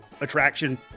attraction